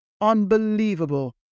Unbelievable